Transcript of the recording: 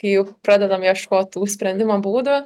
kai jau pradedam ieškot tų sprendimo būdų